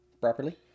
properly